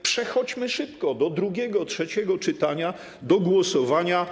Przechodźmy szybko do drugiego, trzeciego czytania, do głosowania.